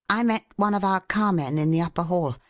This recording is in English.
i met one of our carmen in the upper hall.